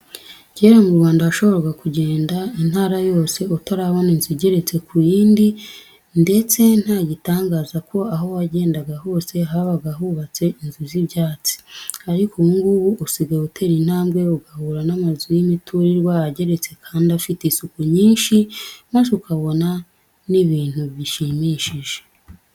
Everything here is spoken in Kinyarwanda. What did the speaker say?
Kera mu Rwanda washoboraga kugenda intara yose utarabona inzu igeretse ku yindi ndetse nta gitangaza ko aho wagendaga hose habaga hubatse inzu z'ibyatsi, ariko ubu ngubu usigaye utera intambwe ugahura n'amazu y'imiturirwa ageretse kandi afite isuku nyinshi maze ukabona ni ibintu bishimishije.